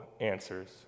answers